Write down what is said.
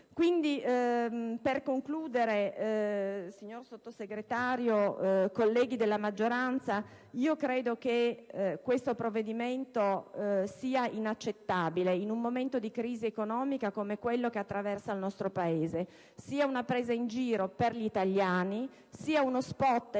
Per concludere, signor Sottosegretario, colleghi della maggioranza, questo provvedimento è inaccettabile in un momento di crisi economica come quello che attraversa il nostro Paese. È una presa in giro per gli italiani ed uno spot elettorale